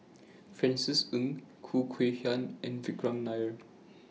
Francis Ng Khoo Kay Hian and Vikram Nair